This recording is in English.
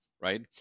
right